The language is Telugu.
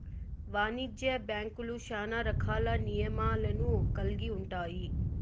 వాణిజ్య బ్యాంక్యులు శ్యానా రకాల నియమాలను కల్గి ఉంటాయి